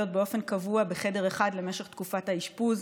באופן קבוע בחדר אחד למשך תקופת האשפוז.